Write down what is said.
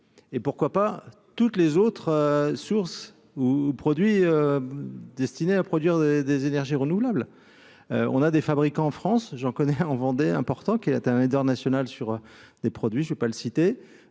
et, pourquoi pas, toutes les autres sources ou produits destinés à produire des des énergies renouvelables, on a des fabricants en France, j'en connais en Vendée important qui un leader national sur des produits, je vais pas le citer,